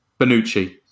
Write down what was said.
Benucci